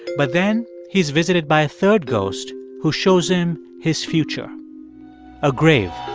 but then he's visited by a third ghost who shows him his future a grave